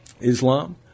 Islam